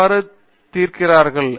எவ்வாறு தீர்க்கிறார்கள்